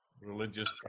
religious